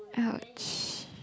!ouch!